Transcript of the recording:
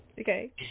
Okay